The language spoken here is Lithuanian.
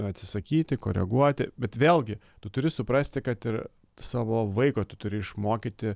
a atsisakyti koreguoti bet vėlgi tu turi suprasti kad ir savo vaiko tu turi išmokyti